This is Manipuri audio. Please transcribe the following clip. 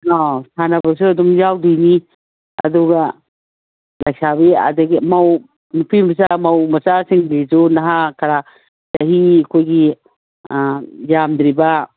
ꯁꯥꯟꯅꯕꯁꯨ ꯑꯗꯨꯝ ꯌꯥꯎꯗꯣꯏꯅꯤ ꯑꯗꯨꯒ ꯂꯩꯁꯥꯕꯤ ꯑꯗꯒꯤ ꯃꯧ ꯅꯨꯄꯤ ꯃꯆꯥ ꯃꯧ ꯃꯆꯥꯁꯤꯡꯒꯤꯁꯨ ꯅꯍꯥ ꯈꯔ ꯆꯍꯤ ꯑꯩꯈꯣꯏꯒꯤ ꯌꯥꯝꯗ꯭ꯔꯤꯕ